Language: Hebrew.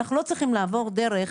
אנחנו לא צריכים לעבור דרך,